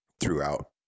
throughout